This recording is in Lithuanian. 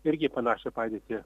irgi į panašią padėtį